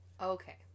Okay